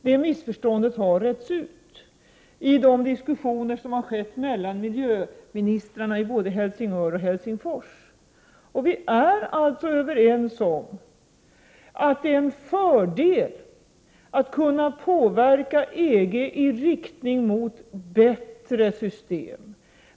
Det missförståndet har retts ut i de diskussioner som har förts mellan miljöministrarna i Helsingör och Helsingfors. Vi är alltså överens om att det är en fördel att kunna påverka EG i riktning mot bättre system.